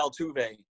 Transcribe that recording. Altuve